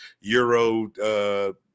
Euro